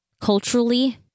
culturally